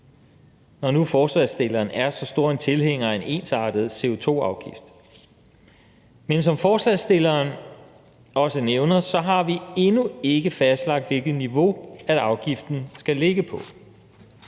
når nu forslagsstilleren er så stor en tilhænger af en ensartet CO2-afgift. Men som forslagsstilleren også nævner, har vi endnu ikke fastlagt, hvilket niveau afgiften skal ligge på.